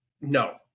No